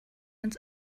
ins